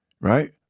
right